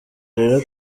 rero